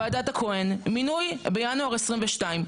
ועדת הכהן מינוי בינואר 2022,